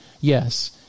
yes